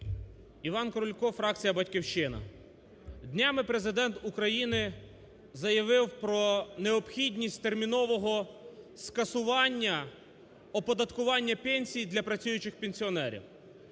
Іван Крулько, фракція "Батьківщина". Днями Президент України заявив про необхідність термінового скасування оподаткування пенсій для працюючих пенсіонерів.